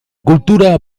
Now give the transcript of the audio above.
cultura